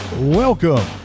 Welcome